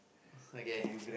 okay